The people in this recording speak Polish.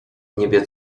niebie